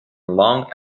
long